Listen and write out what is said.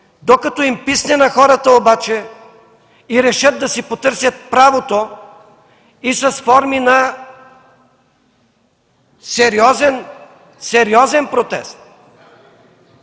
хората им писне обаче и решат да си потърсят правото и с форми на сериозен протест.